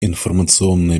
информационные